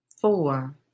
four